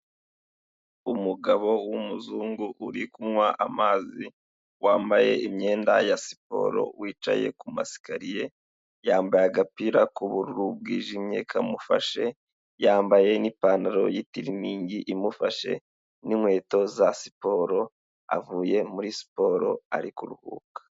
Umugabo w'umuzungu uri kunywa amazi, wambaye imyenda ya siporo, wicaye kumasekariye, yambaye agapira k'ubururu bwijimye kamufashe, yambaye n'ipantaro y'itiriningi imufashe n'inkweto za siporo, avuye muri siporo ari kuruhuka.